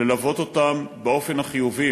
ללוות אותם באופן החיובי,